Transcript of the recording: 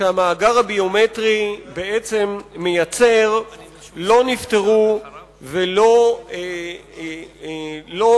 שהמאגר הביומטרי מייצר לא נפתרו ולא שונו,